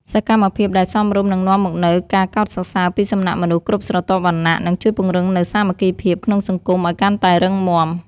សកម្មភាពដែលសមរម្យនឹងនាំមកនូវការកោតសរសើរពីសំណាក់មនុស្សគ្រប់ស្រទាប់វណ្ណៈ និង ជួយពង្រឹងនូវសាមគ្គីភាពក្នុងសង្គមឱ្យកាន់តែរឹងមាំ។